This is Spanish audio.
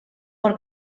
por